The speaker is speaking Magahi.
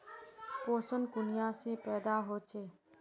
पोषण कुनियाँ से पैदा होचे?